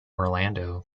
orlando